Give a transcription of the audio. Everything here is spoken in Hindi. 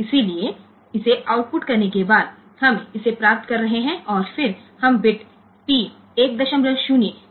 इसलिए इसे आउटपुट करने के बाद हम इसे प्राप्त कर रहे हैं और फिर हम बिट P10